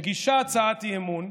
מגישה הצעת אי-אמון,